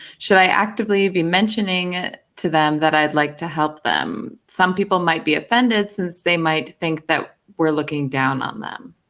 should i actively be mentioning it to them that i would like to help them? some people might be offended since they might think we're looking down on them?